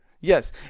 Yes